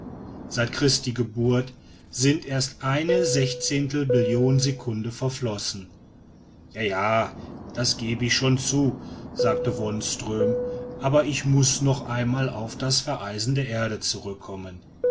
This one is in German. seit christi geburt sind erst eine sechzehntel billion sekunden verflossen ja ja das gebe ich schon zu sagte wonström aber ich muß noch einmal auf das vereisen der erde zurückkommen